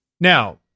Now